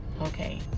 okay